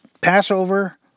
Passover